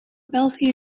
belgië